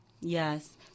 Yes